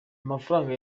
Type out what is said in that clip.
amafaranga